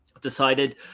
decided